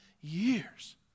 years